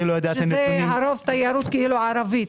זה הרוב תיירות ערבית.